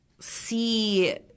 see